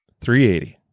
380